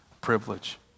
privilege